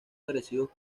agresivos